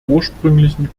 ursprünglichen